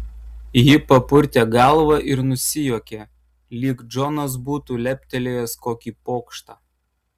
ji papurtė galvą ir nusijuokė lyg džonas būtų leptelėjęs kokį pokštą